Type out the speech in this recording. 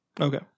Okay